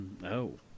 No